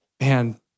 Man